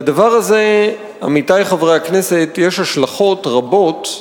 לדבר הזה, עמיתי חברי הכנסת, יש השלכות רבות,